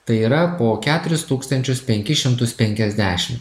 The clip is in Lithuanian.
tai yra po keturis tūkstančius penkis šimtus penkiasdešim